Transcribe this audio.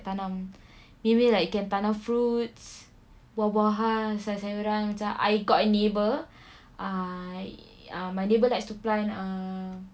tanam maybe like you can tanam fruits buah-buahan sayur-sayuran I got a neighbour ah ah my neighbour likes to plant ah